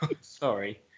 Sorry